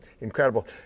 incredible